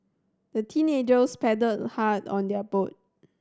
the teenagers paddled hard on their boat